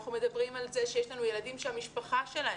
אנחנו מדברים על זה שיש לנו ילדים שהמשפחה שלהם,